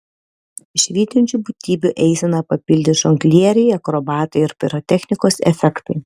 švytinčių būtybių eiseną papildys žonglieriai akrobatai ir pirotechnikos efektai